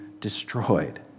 destroyed